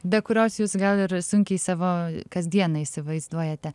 be kurios jūs gal ir sunkiai savo kasdieną įsivaizduojate